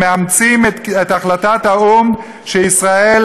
הם מאמצים את החלטת האו"ם שישראל,